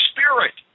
Spirit